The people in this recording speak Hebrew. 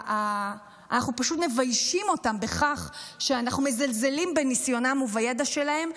אנחנו פשוט מביישים אותם בכך שאנחנו מזלזלים בניסיונם ובידע שלהם,